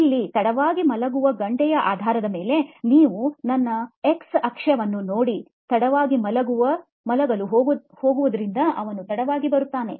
ಇಲ್ಲಿ ತಡವಾಗಿ ಮಲಗುವ ಗಂಟೆಯ ಆದಾರದ ಮೇಲೆ ನೀವು ನನ್ನ ಎಕ್ಸ್ ಅಕ್ಷವನ್ನು ನೋಡಿ ತಡವಾಗಿ ಮಲಗಲು ಹೋಗುವುದರಿಂದ ಅವನು ತಡವಾಗಿ ಬರುತ್ತಾನೆ